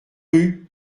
rue